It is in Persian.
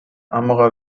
اما